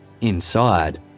Inside